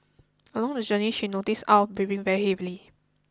along the journey she noticed Aw breathing very heavily